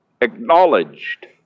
acknowledged